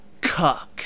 cuck